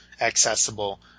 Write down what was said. accessible